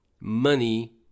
money